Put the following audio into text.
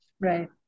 Right